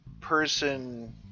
person